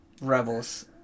Rebels